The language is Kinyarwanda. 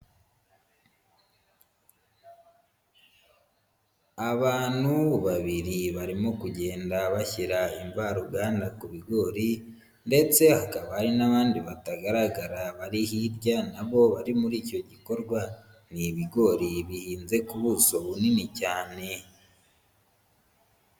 Abantu babiri barimo kugenda bashyira imvaruganda ku bigori, ndetse hakaba hari n'abandi batagaragara bari hirya nabo bari muri icyo gikorwa, ni ibigori bihinze ku buso bunini cyane.